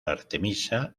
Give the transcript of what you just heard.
artemisa